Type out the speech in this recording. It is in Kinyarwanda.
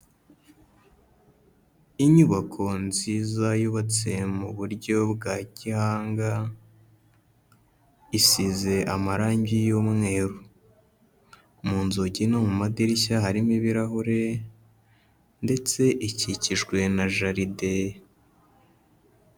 Inyubako nziza yubatse mu buryo bwa gihanga, isize amarangi y'umweru, mu nzugi no mu madirishya harimo ibirahure ndetse ikikijwe na jaride.